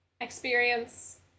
experience